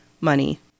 money